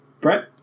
Brett